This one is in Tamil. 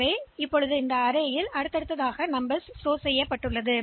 எனவே இது வரிசை என்றால் எண்களை சேமித்து வைத்திருக்கிறோம்